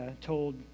told